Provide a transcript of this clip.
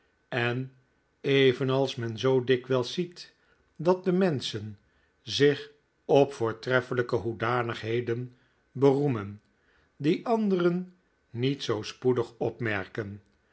en evenals men zoo dikwijls ziet dat de menschen zich op voortreffelijke hoedanigheden beroemen die anderen niet zoo spoedig opmerken